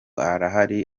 arahari